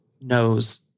knows